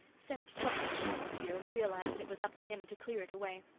sensed trouble in the atmosphere and realized that it was up to him to clear it away.